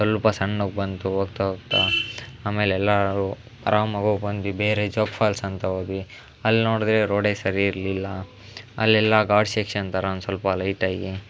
ಸ್ವಲ್ಪ ಸಣ್ಣಗೆ ಬಂತು ಹೋಗ್ತಾ ಹೋಗ್ತಾ ಆಮೇಲೆ ಎಲ್ಲರೂ ಅರಾಮಾಗಿ ಹೋಗಿ ಬಂದ್ವಿ ಬೇರೆ ಜೋಗ ಫಾಲ್ಸ್ ಅಂತ ಹೋದ್ವಿ ಅಲ್ಲಿ ನೋಡಿದ್ರೆ ರೋಡೇ ಸರಿ ಇರಲಿಲ್ಲ ಅಲ್ಲೆಲ್ಲ ಘಾಟ್ ಸೆಕ್ಷನ್ ಥರ ಒಂದು ಸ್ವಲ್ಪ ಲೈಟ್ ಆಗಿ